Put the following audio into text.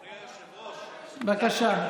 אדוני היושב-ראש, בבקשה.